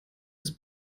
ist